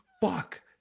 fuck